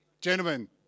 Gentlemen